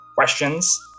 questions